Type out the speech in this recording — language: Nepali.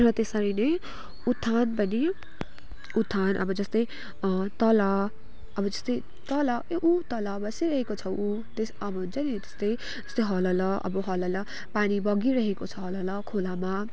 र त्यसरी नै उत्थान पनि उत्थान अब जस्तै तल अब जस्तै तल उ तल बसिरहेको छ उ त्यस अब हुन्छ नि त्यस्तै जस्तै हलल अब हलल पानी बगिरहेको छ हलल खोलामा